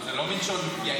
אבל זה לא מלשון יעיר.